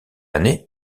année